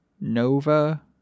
Nova